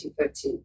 2013